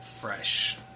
fresh